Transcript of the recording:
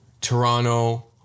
Toronto